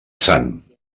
sant